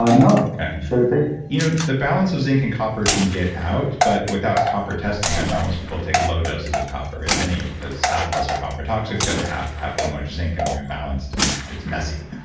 no okay should it be? you know the balance of zinc and copper can get out. but without copper testing, i tell most people to take low doses of copper if any, because half of us are copper toxic, the other half have too much zinc and we're imbalanced, and it's it's messy.